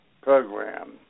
Program